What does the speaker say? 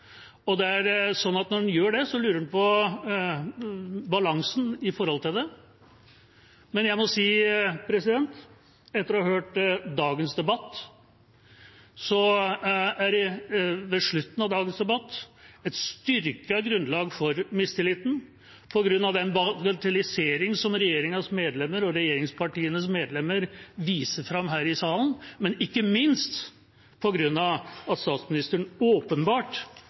lurer en på balansen i det, men jeg må si at etter å ha hørt dagens debatt er det ved slutten av debatten et styrket grunnlag for mistilliten, på grunn av den bagatellisering som regjeringas medlemmer og regjeringspartienes medlemmer viser her i salen, men ikke minst på grunn av at statsministeren åpenbart